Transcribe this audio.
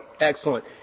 Excellent